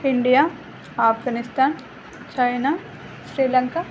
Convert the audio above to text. India Afghanistan China Sri Lanka